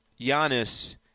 Giannis –